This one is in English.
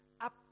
up